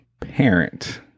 parent